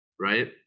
right